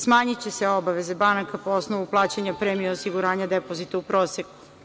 Smanjiće se obaveze banka po osnovu plaćanja premije osiguranja depozita u proseku.